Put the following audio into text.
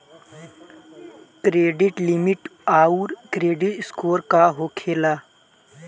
Credit limit आउर credit score का होखेला?